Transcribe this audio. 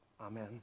amen